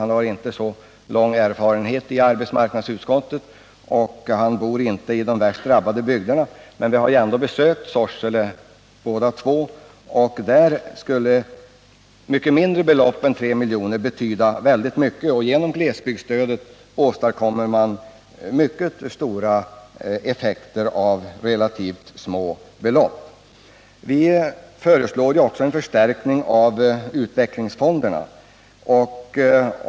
Han har inte så lång erfarenhet i arbetsmarknadsutskottet, och han bor inte i de värst drabbade bygderna. Men vi har ändå båda två besökt Sorsele. Där skulle mycket mindre belopp än 3 milj.kr. i glesbygdsstöd betyda väldigt mycket. Genom glesbygdsstödet åstadkommer man förhållandevis stora effekter med relativt små belopp. Centern föreslår också en förstärkning av utvecklingsfonderna.